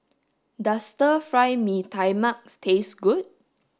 does stir fry mee tai mak taste good